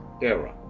era